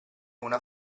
una